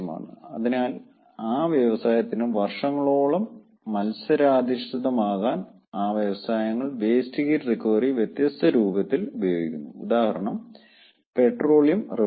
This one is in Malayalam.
അതിനാൽ ആ വ്യവസായത്തിന് വർഷങ്ങളോളം മത്സരാധിഷ്ഠിതമാകാൻ ആ വ്യവസായങ്ങൾ വേസ്റ്റ് ഹീറ്റ് റിക്കവറി വ്യത്യസ്ത രൂപത്തിൽ ഉപയോഗിക്കുന്നു ഉദാഹരണം പെട്രോളിയം റിഫൈനറി